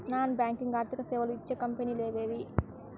Non banking ఆర్థిక సేవలు ఇచ్చే కంపెని లు ఎవేవి?